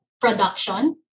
production